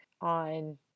on